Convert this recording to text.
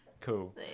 cool